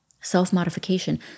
Self-modification